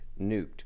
nuked